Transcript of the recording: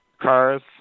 cars